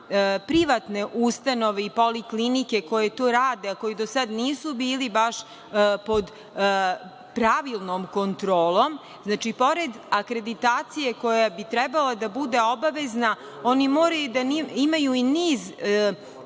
privatne ustanove i poliklinike koje tu rade, a koji do sada nisu bili baš pod pravilnom kontrolom. Znači, pored akreditacije, koja bi trebalo da bude obavezna, oni moraju da imaju i niz